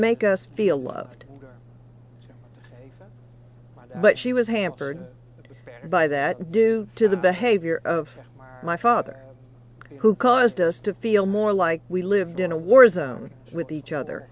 make us feel loved but she was hampered by that due to the behavior of my father who caused us to feel more like we lived in a war zone with each other